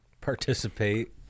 participate